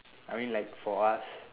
I mean like for us